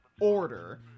order